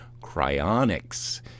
cryonics